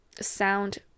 sound